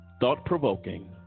thought-provoking